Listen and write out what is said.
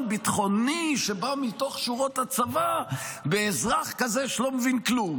ביטחוני שבא מתוך שורות הצבא באזרח כזה שלא מבין כלום.